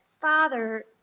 Father